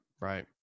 Right